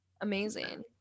amazing